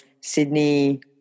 Sydney